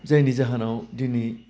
जायनि जाहोनाव दिनै